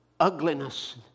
Ugliness